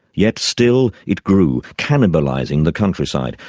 yet still it grew, cannibalising the countryside,